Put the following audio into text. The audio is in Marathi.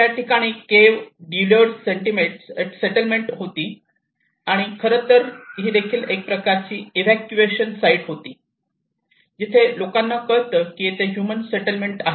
त्या ठिकाणी केव्ह द्वैल्लेर सेटलमेंट होती आणि खरं तर ही देखील एक प्रकारची एक्सकॅव्हशन साइट होती जिथे लोकांना कळतं की येथे ह्यूमन सेटलमेंट आहे